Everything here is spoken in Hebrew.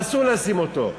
אסור לשים אותה.